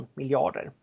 miljarder